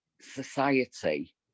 society